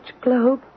globe